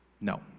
No